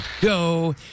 go